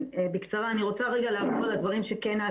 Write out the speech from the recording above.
בקצרה אני רוצה רגע לעבור על מה נעשה